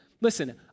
listen